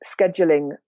scheduling